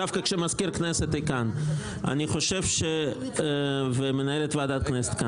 דווקא משום שמזכיר הכנסת כאן וגם מנהלת ועדת הכנסת.